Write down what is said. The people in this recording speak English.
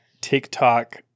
TikTok